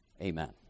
Amen